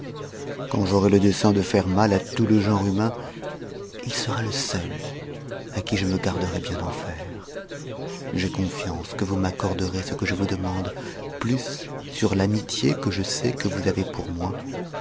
quand j'aurais le dessein de faite mal à tout le genre humain il sera le seul à qui je me garderai bien d'en faire j'ai confiance que vous m'accorderez ce que je vous demande plus sur l'amitié que je sais que vous avez pour moi